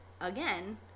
again